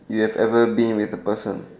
you have ever been with a person